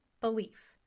belief